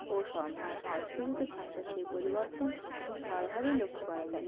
সংস্কৃতিতে ভাষার সে পরিবর্তন খুব ভালোভাবেই লক্ষ্য করা যায়